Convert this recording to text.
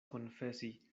konfesi